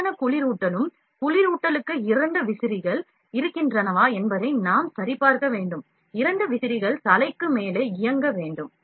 சரியான குளிரூட்டலும் குளிரூட்டலுக்கு இரண்டு விசிறிகள் இருக்கின்றனவா என்பதை நாம் சரிபார்க்க வேண்டும் இரண்டு விசிறிகள் தலைக்கு மேலே இயங்க வேண்டும்